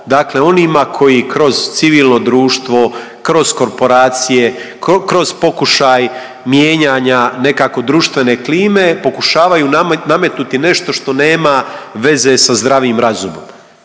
dakle onima koji kroz civilno društvo, kroz korporacije, kroz pokušaj mijenjanja nekako društvene klime pokušavaju nametnuti nešto što nema veze sa zdravim razumom?